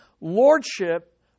lordship